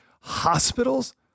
Hospitals